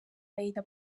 bayita